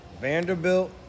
Vanderbilt